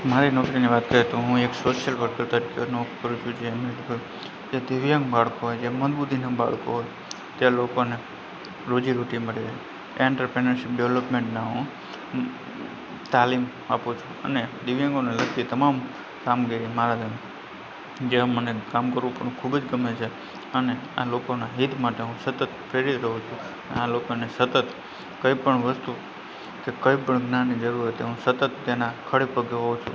મારી નોકરીની વાત કરીએ તો હું એક સોસીયલ વર્કર તરીકે નોકરી કરું છું જેની અંદર જે દિવ્યાંગ બાળકો હોય જે મંદ બુદ્ધીના બાળકો હોય તે લોકોને રોજીરોટી મળે એન્ટરપ્રેન્યોરશીપ ડેવલોપમેન્ટના હું તાલીમ આપું છું અને દિવ્યાંગોને લગતી તમામ કામગીરી મારા જેમાં મને કામ કરવું પણ ખૂબ જ ગમે છે અને આ લોકોના હિત માટે હું સતત પ્રેરિત રહું છું આ લોકોને સતત કંઈ પણ વસ્તુ કે કંઈ પણ જ્ઞાનની જરૂર હોય હું તો હું સતત તેના ખડે પગે હોઉં છું